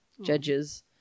judges